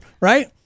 right